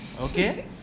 okay